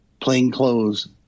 plainclothes